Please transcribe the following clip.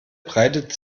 breitet